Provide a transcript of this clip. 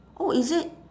oh is it